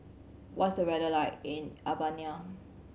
what's weather like in Albania